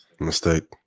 Mistake